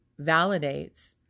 validates